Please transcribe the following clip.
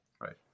right